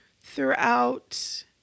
throughout